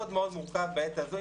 מאוד מאוד מורכב בעת הזו.